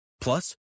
plus